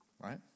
right